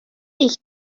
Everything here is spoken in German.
dich